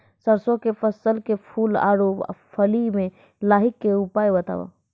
सरसों के फसल के फूल आ फली मे लाहीक के उपाय बताऊ?